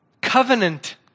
covenant